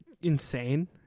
insane